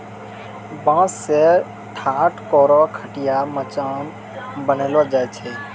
बांस सें ठाट, कोरो, खटिया, मचान बनैलो जाय छै